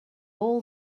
all